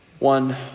One